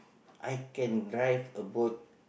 I can drive a boat